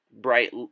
bright